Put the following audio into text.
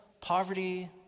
poverty